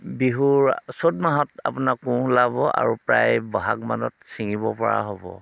বিহুৰ চ'ত মাহত আপোনাৰ কোঁহ ওলাব আৰু প্ৰায় বহাগমানত চিঙিব পৰা হ'ব